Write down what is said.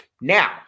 Now